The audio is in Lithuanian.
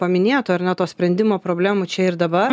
paminėto ar ne to sprendimo problemų čia ir dabar